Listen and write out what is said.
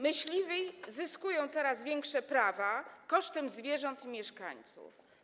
Myśliwi zyskują coraz większe prawa kosztem zwierząt i mieszkańców.